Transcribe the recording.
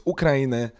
Ukrainy